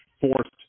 forced